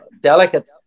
delicate